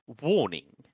Warning